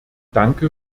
danke